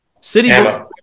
City